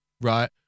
right